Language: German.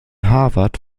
harvard